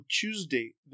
Tuesday